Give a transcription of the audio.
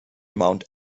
mount